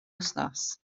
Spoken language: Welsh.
wythnos